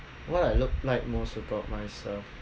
what I love like most about myself